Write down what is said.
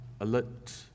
alert